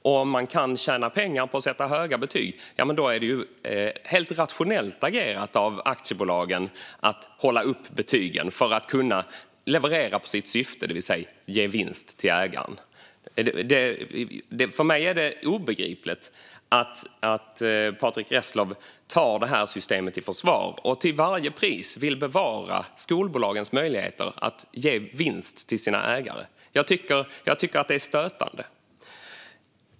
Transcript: Om man kan tjäna pengar på att sätta höga betyg är det helt rationellt agerat av aktiebolagen att hålla uppe betygen för att kunna leverera på sitt syfte, det vill säga att ge vinst till ägaren. För mig är det obegripligt att Patrick Reslow tar systemet i försvar och till varje pris vill bevara skolbolagens möjligheter att ge vinst till sina ägare. Jag tycker att det är stötande.